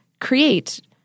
create